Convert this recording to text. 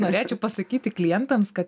norėčiau pasakyti klientams kad